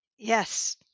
Yes